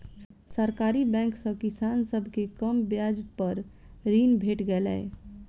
सरकारी बैंक सॅ किसान सभ के कम ब्याज पर ऋण भेट गेलै